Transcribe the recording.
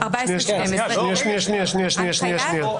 שנייה, שנייה.